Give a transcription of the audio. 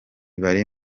bari